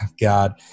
god